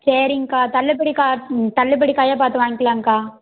சரிங்க்கா தள்ளுபடி தள்ளுபடி காயாக பார்த்து வாங்கிக்கலாங்க்கா